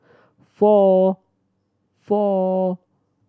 four four